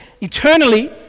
eternally